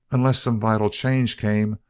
unless some vital change came,